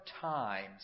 times